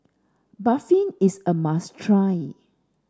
Barfi is a must try